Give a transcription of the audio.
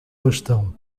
bastão